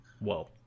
Whoa